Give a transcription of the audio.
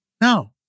No